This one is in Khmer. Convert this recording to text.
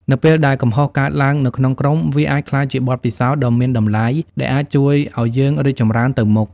នៅពេលដែលកំហុសកើតឡើងនៅក្នុងក្រុម វាអាចក្លាយជាបទពិសោធន៍ដ៏មានតម្លៃដែលអាចជួយឲ្យយើងរីកចម្រើនទៅមុខ។